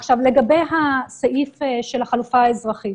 עכשיו, לגבי הסעיף של החלופה האזרחית,